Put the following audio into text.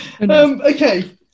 Okay